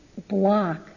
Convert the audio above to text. block